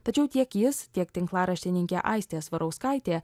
tačiau tiek jis tiek tinklaraštininkė aistė svarauskaitė